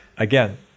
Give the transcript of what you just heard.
Again